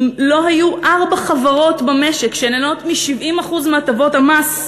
אם לא היו ארבע חברות במשק שנהנות מ-70% מהטבות המס,